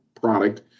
product